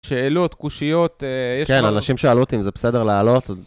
שאלות קושיות, יש לך... כן, אנשים שאלו אותי אם זה בסדר לעלות.